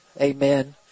Amen